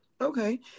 okay